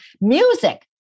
music